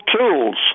tools